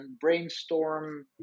brainstorm